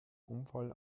unfall